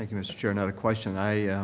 like you, mr. chair. not a question. i